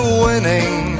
winning